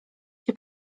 się